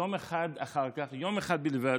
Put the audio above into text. יום אחד אחר כך, יום אחד בלבד,